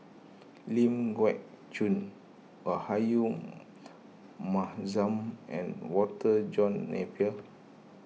Ling Geok Choon Rahayu Mahzam and Walter John Napier